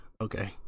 Okay